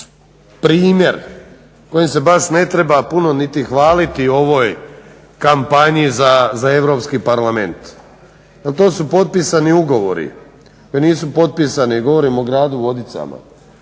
primjer kojim se baš ne treba puno niti hvaliti u ovoj kampanji za Europski parlament jer to su potpisani ugovori, koji nisu potpisani, govorim o gradu Vodicama.